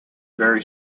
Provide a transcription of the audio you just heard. very